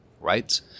right